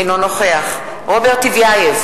אינו נוכח רוברט טיבייב,